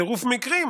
בצירוף מקרים,